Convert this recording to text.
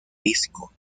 disco